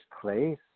place